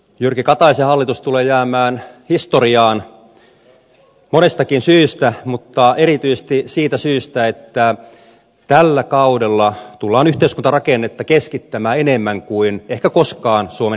jyrki kataisen hallitus tulee jäämään historiaan monestakin syystä mutta erityisesti siitä syystä että tällä kaudella tullaan yhteiskuntarakennetta keskittämään enemmän kuin ehkä koskaan suomen historiassa